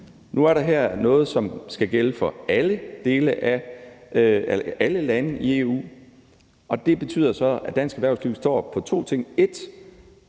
Nu er der noget her, som skal gælde for alle lande i EU, og det betyder så, at dansk erhvervsliv står på to ting: 1)